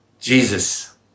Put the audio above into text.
Jesus